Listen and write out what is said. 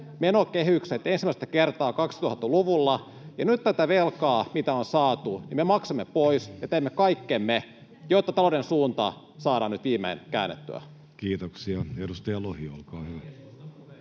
menokehykset ensimmäistä kertaa 2000-luvulla. Nyt tätä velkaa, mitä on saatu, me maksamme pois ja teemme kaikkemme, jotta talouden suunta saadaan nyt viimein käännettyä. [Pia Viitanen: Mitäs